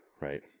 right